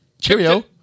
Cheerio